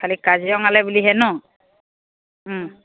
খালি কাজিৰঙালৈ বুলিহে নহ্